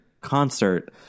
concert